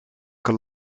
kan